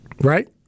Right